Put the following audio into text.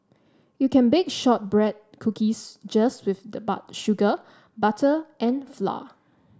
you can bake shortbread cookies just with sugar butter and flour